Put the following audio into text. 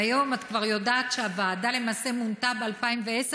והיום את כבר יודעת שהוועדה מונתה למעשה ב-2010,